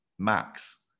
max